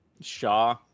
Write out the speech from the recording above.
Shaw